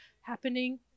happening